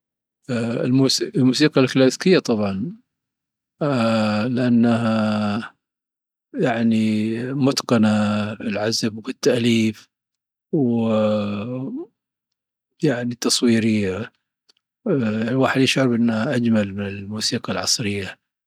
الموسيـ، الموسيقى الكلاسيكية طبعا، لأنها يعني متقنة في العزف والتأليف و تصويرية والواحد يشعر أنها أجمل من الموسيقى العصرية.